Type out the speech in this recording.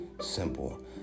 simple